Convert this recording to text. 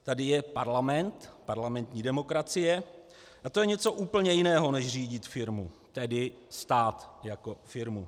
Tady je parlament, parlamentní demokracie, a to je něco úplně jiného než řídit firmu, tedy stát jako firmu.